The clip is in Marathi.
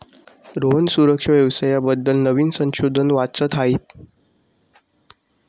रोहन सुरक्षा व्यवसाया बद्दल नवीन संशोधन वाचत आहे